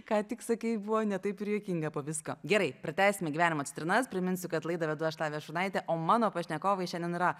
ką tik sakei buvo ne taip ir juokinga po visko gerai pratęsime gyvenimo citrinas priminsiu kad laidą vedu aš lavija šurnaitė o mano pašnekovai šiandien yra